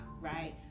right